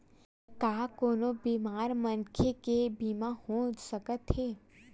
का कोनो बीमार मनखे के बीमा हो सकत हे?